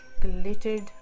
glittered